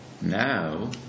Now